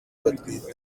batwite